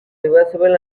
reversible